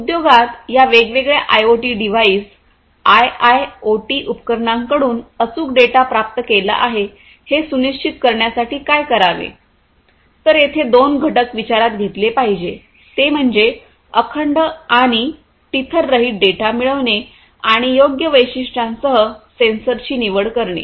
उद्योगात या वेगवेगळ्या आयओटी डिव्हाइस आयआयओटी उपकरणांकडून अचूक डेटा प्राप्त केला आहे हे सुनिश्चित करण्यासाठी काय करावे तर येथे दोन घटक विचारात घेतले पाहिजे ते म्हणजे अखंड आणि टीथर रहित डेटा मिळविणे आणि योग्य वैशिष्ट्यांसह सेन्सर्सची निवड करणे